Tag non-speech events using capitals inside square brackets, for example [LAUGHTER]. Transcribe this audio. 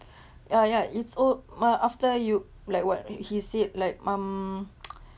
[BREATH] uh ya it's al~ ah after you like what he said like um [NOISE]